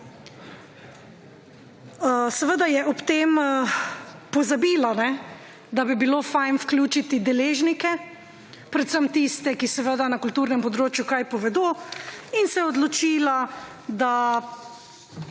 Seveda je ob tem pozabilo, da bi bilo fajn vključiti deležnike predvsem tiste, ki seveda na kulturnem področju kaj povedo in se odločila, da